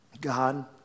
God